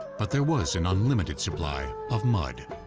but there was an unlimited supply of mud.